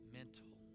mental